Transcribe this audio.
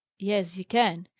yes, you can.